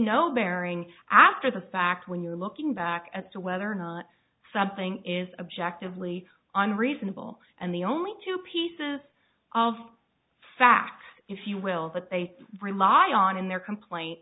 no bearing after the fact when you're looking back at the whether or not sub thing is objectively on reasonable and the only two pieces of facts if you will that they rely on in their complaint